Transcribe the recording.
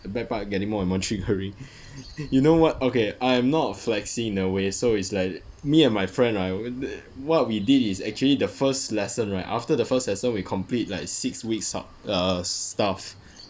the back part getting more and more triggering you know what okay I am not flexing in a way so is like me and my friend err what we did is actually the first lesson right after the first lesson we complete like six weeks of um stuff